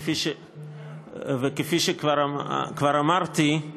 וכפי שכבר אמרתי,